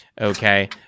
Okay